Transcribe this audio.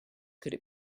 could